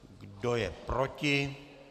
Kdo je proti?